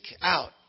out